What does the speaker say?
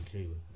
Kayla